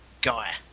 guy